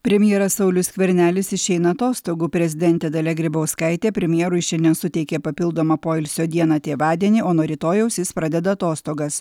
premjeras saulius skvernelis išeina atostogų prezidentė dalia grybauskaitė premjerui šiandien suteikė papildomą poilsio dieną tėvadienį o nuo rytojaus jis pradeda atostogas